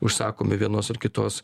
užsakomi vienos ar kitos